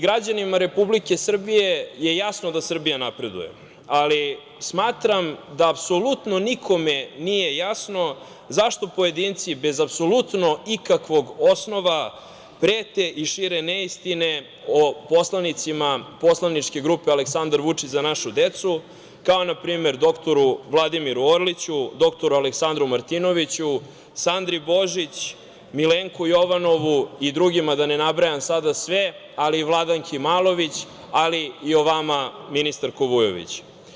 Građanima Republike Srbije je jasno da Srbija napreduje, ali smatram da apsolutno nikome nije jasno zašto pojedinci bez apsolutno ikakvog osnova prete i šire neistine o poslanicima poslaničke grupe Aleksandar Vučić – Za našu decu, kao npr. dr Vladimiru Orliću, dr Aleksandru Martinoviću, Sandri Božić, Milenku Jovanovu i drugima, da ne nabrajam sada sve, ali i Vladanki Malović, ali i o vama, ministarko Vujović.